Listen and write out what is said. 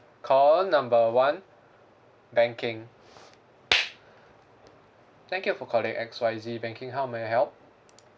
call number one banking uh thank you for calling X Y Z banking how may I help